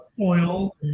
oil